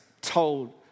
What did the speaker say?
told